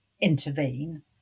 intervene